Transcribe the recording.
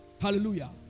Hallelujah